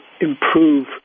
improve